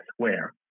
square